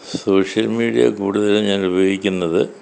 social media കൂടുതലും ഞാൻ ഉപയോഗിക്കുന്നത്